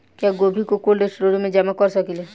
क्या गोभी को कोल्ड स्टोरेज में जमा कर सकिले?